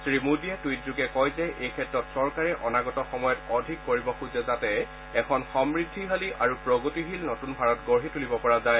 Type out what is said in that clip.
শ্ৰী মোদীয়ে টুইটযোগে কয় যে এইক্ষেত্ৰত চৰকাৰে অনাগত সময়ত অধিক কৰিব খোজে যাতে এখন সমূদ্ধিশালী আৰু প্ৰগতিশীল নতুন ভাৰত গঢ়ি তুলিব পৰা যায়